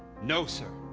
no, sir.